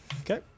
Okay